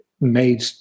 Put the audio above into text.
made